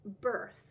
birth